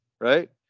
right